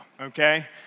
okay